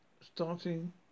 starting